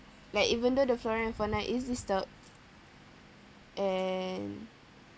like even though the flora and fauna is disturbed and